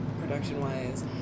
production-wise